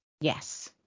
Yes